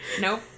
nope